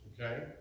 okay